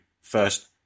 first